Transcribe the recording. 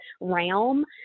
realm